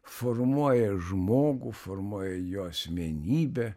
formuoja žmogų formuoja jo asmenybę